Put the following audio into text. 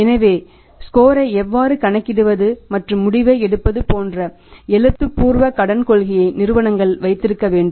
எனவே ஸ்கோரை எவ்வாறு கணக்கிடுவது மற்றும் முடிவை எடுப்பது போன்ற எழுத்துப்பூர்வ கடன் கொள்கையை நிறுவனங்கள் வைத்திருக்க வேண்டும்